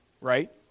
right